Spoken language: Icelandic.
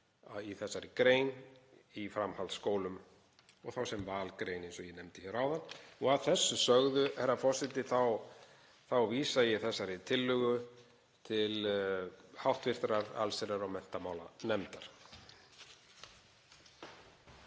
í þessari grein í framhaldsskólum, þá sem valgrein, eins og ég nefndi áðan. Að þessu sögðu, herra forseti, þá vísa ég þessari tillögu til hv. allsherjar- og menntamálanefndar.